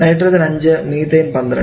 nitrogen 5 methane 12